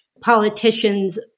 politicians